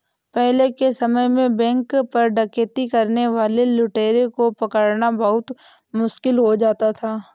पहले के समय में बैंक पर डकैती करने वाले लुटेरों को पकड़ना बहुत मुश्किल हो जाता था